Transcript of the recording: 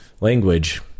language